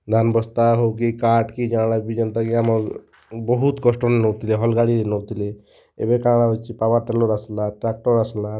ଧାନ୍ ବସ୍ତା ହଉ କି କାଠ କି ଜାଣା କି ଯେନ୍ତା କି ଆମର୍ ବହୁତ କଷ୍ଟ ରେ ନଉଥିଲେ ହଲ୍ ଗାଡ଼ି ରେ ନଉଥିଲେ ଏବେ କାଣା ହଉଛି ପାୱାର୍ ଟିଲର୍ ଆସଲା ଟ୍ରାକ୍ଟର୍ ଆସଲା